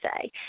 say